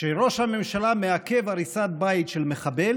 שראש הממשלה מעכב הריסת בית של מחבל